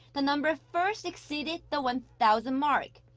the number first exceeded the one-thousand mark.